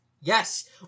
Yes